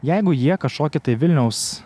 jeigu jie kažkokį tai vilniaus